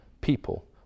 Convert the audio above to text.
people